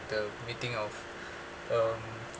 the meeting of um